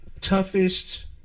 toughest